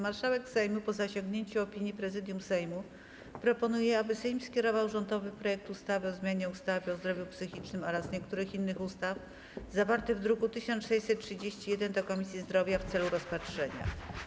Marszałek Sejmu, po zasięgnięciu opinii Prezydium Sejmu, proponuje, aby Sejm skierował rządowy projekt ustawy o zmianie ustawy o zdrowiu psychicznym oraz niektórych innych ustaw, zawarty w druku nr 1631, do Komisji Zdrowia w celu rozpatrzenia.